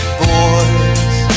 boys